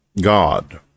God